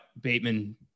Bateman